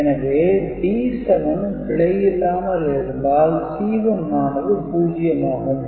எனவே D7 பிழையில்லாமல் இருந்தால் C1 ஆனது 0 ஆகும்